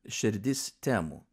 širdis temų